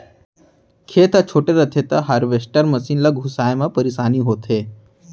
खेत ह छोटे रथे त हारवेस्टर मसीन ल घुमाए म परेसानी होथे